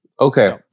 Okay